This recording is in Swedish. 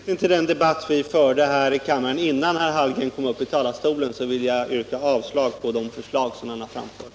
Herr talman! Med hänvisning till den debatt vi förde här i kammaren, innan herr Hallgren kom upp i talarstolen, vill jag yrka avslag på de förslag som han har framfört.